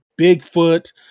Bigfoot